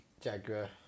Jaguar